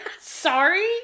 sorry